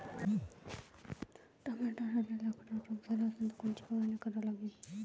टमाट्याले लखड्या रोग झाला तर कोनची फवारणी करा लागीन?